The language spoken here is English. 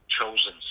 chosen